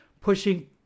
pushing